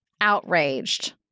outraged